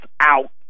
out